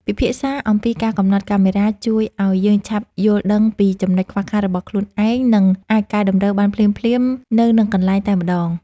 ពិភាក្សាអំពីការកំណត់កាមេរ៉ាជួយឱ្យយើងឆាប់យល់ដឹងពីចំណុចខ្វះខាតរបស់ខ្លួនឯង ហើយ អាចកែតម្រូវបានភ្លាមៗនៅនឹងកន្លែងតែម្តង។